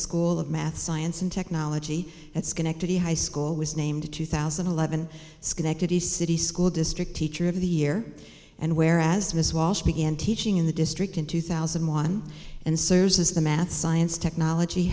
school of math science and technology at schenectady high school was named the two thousand and eleven schenectady city school district teacher of the year and where as miss walsh began teaching in the district in two thousand and one and serves as a math science technology